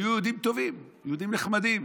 היו יהודים טובים, יהודים נחמדים,